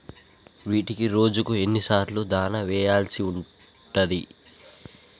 వీటికి రోజుకు ఎన్ని సార్లు దాణా వెయ్యాల్సి ఉంటది?